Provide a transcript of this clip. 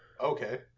okay